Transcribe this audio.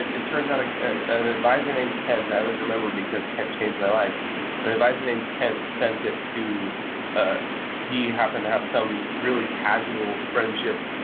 it turns out an advisor named kent i always remember because kent changed my life and an advisor named kent send it to ah he happened to have some really casual friendship.